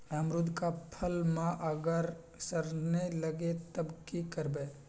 अमरुद क फल म अगर सरने लगे तब की करब?